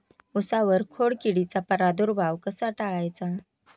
उसावर खोडकिडीचा प्रादुर्भाव कसा टाळायचा?